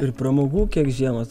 ir pramogų kiek žiemą turim